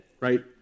right